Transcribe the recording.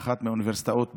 באחת מהאוניברסיטאות בחו"ל,